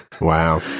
Wow